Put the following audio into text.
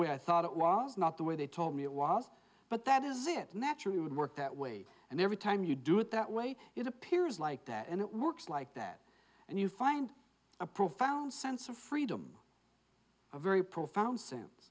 way i thought it was not the way they told me it was but that is it naturally would work that way and every time you do it that way it appears like that and it works like that and you find a profound sense of freedom a very profound sense